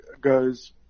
goes